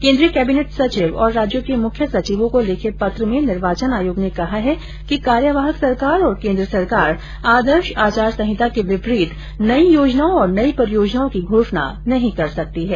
केंद्रीय कैबिनेट सचिव और राज्यों के मुख्य सचिवों को लिखे पत्र में निर्वाचन आयोग ने कहा है कि कार्यवाहक सरकार और केंद्र सरकार आदर्श आचार संहिता के विपरीत नई योजनाओं और नई परियोजनाओं की घोषणा नहीं कर सकती हैं